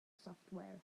software